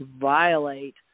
violate